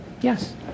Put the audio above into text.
Yes